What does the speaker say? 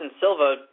Silva